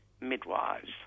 midwives